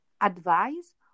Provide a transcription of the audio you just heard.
advice